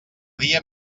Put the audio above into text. dia